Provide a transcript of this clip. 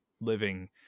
living